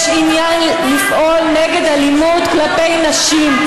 יש עניין לפעול נגד אלימות כלפי נשים,